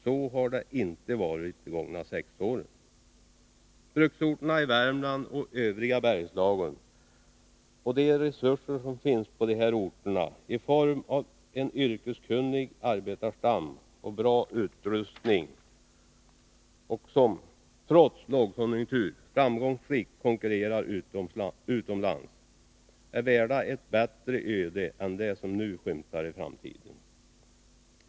Så har det inte varit under de gångna sex åren. Bruksorterna i Värmland och i övriga Bergslagen, de resurser som finns på dessa orter i form av en yrkeskunnig arbetarstam och en bra utrustning och de företag som trots lågkonjunktur framgångsrikt konkurrerar utomlands är värda ett bättre öde än det som nu skymtar i framtiden.